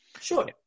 Sure